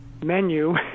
menu